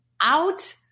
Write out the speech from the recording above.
out